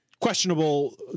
questionable